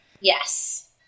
Yes